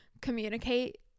communicate